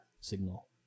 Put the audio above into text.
signal